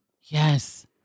Yes